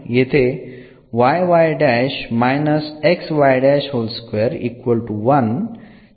येथे चा विचार करू